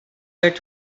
back